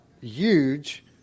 huge